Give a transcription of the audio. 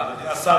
אקוניס,